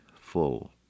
full